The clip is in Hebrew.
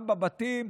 גם לבתים,